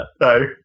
no